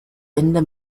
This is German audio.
ende